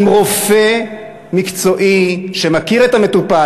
אם רופא מקצועי שמכיר את המטופל,